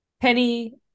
Penny